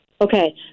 Okay